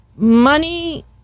Money